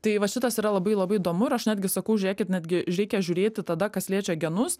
tai va šitas yra labai labai įdomu ir aš netgi sakau žiūrėkit netgi reikia žiūrėti tada kas liečia genus